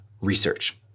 research